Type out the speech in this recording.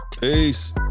peace